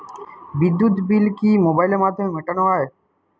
বিদ্যুৎ বিল কি মোবাইলের মাধ্যমে মেটানো য়ায়?